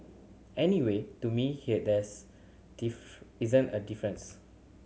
anyway to me there isn't a difference